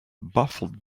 baffled